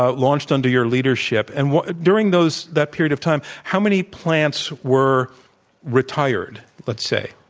ah launched under your leadership. and what during those that period of time, how many plants were retired, let's say?